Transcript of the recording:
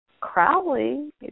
Crowley